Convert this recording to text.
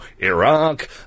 Iraq